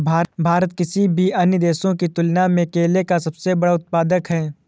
भारत किसी भी अन्य देश की तुलना में केले का सबसे बड़ा उत्पादक है